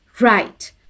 right